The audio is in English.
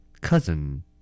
Cousin